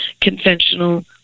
conventional